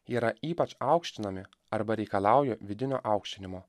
yra ypač aukštinami arba reikalauja vidinio aukštinimo